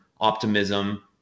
optimism